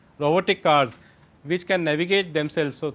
robotic cars which can navigate themselves. so